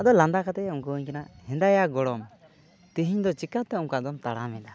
ᱟᱫᱚ ᱞᱟᱸᱫᱟ ᱠᱟᱛᱮ ᱚᱱᱠᱟᱣᱟᱹᱧ ᱠᱟᱱᱟ ᱦᱮᱸᱫᱟᱭᱟ ᱜᱚᱲᱚᱢ ᱛᱮᱦᱮᱧ ᱫᱚ ᱪᱤᱠᱟᱛᱮ ᱚᱱᱠᱟ ᱫᱚᱢ ᱛᱟᱲᱟᱢ ᱮᱫᱟ